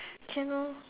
can lor